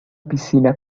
piscina